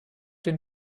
dem